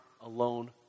alone